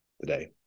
today